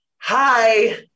Hi